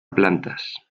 plantas